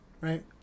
right